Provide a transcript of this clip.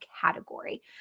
category